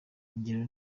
ingero